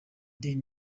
their